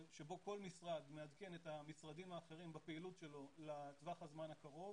שבו כל משרד מעדכן את המשרדים האחרים בפעילות שלו לטווח הזמן הקרוב,